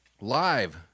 live